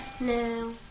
No